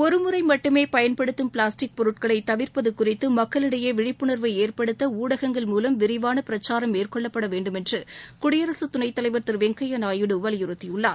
ஒருமுறை மட்டுமே பயன்படுத்தும் பிளாஸ்டிக் பொருட்களை தவிர்ப்பது குறித்து மக்களிடையே விழிப்புனர்வை ஏற்படுத்த ஊடகங்கள் மூலம் விரிவாள பிரச்சாரம் மேற்கொள்ளப்பட வேண்டும் என்று குடியரசுத் துணைத் தலைவர் திரு வெங்கய்யா நாயுடு வலியுறுத்தியுள்ளார்